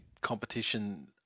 competition